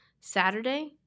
Saturday